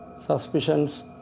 suspicions